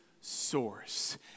source